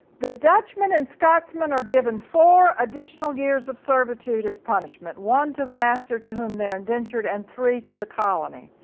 the dutchman and scotsman are given four additional years of servitude as punishment one to the master to whom they're indentured and three to the colony.